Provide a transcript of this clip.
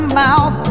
mouth